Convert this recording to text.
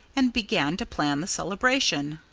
and began to plan the celebration.